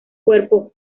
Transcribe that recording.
cuerpo